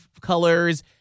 colors